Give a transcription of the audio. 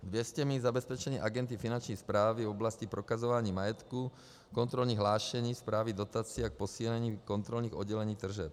200 míst k zabezpečení agendy Finanční správy v oblasti prokazování majetku, kontrolní hlášení, správy dotací a k posílení kontrolních oddělení tržeb.